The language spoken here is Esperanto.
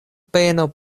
peno